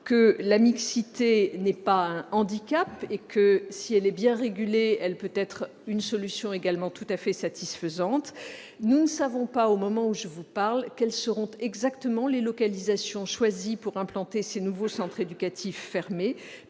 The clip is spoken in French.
que la mixité n'est pas un handicap et que, si elle est bien régulée, elle peut être une solution tout à fait satisfaisante. Nous ne savons pas, au moment où je vous parle, quelles seront exactement les localisations choisies pour implanter ces nouveaux centres éducatifs fermés,